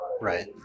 Right